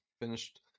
finished